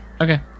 Okay